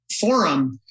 forum